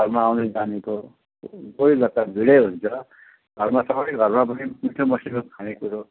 घरमा आउने जानेको भिडै हुन्छ घरमा सबै घरमा पनि मिठो मसीनो खाने कुरो